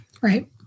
Right